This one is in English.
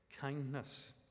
kindness